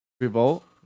revolt